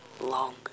long